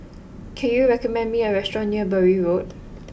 can you recommend me a restaurant near Bury Road